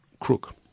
crook